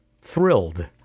thrilled